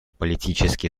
политически